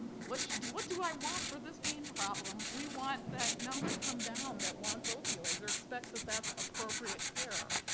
what do what do i want for this pain problem? we want that number to come down, that wants opioids, or expects that that's appropriate care.